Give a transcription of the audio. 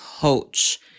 coach